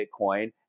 Bitcoin